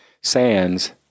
sands